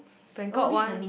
Bangkok one